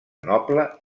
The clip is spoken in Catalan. noble